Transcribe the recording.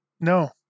no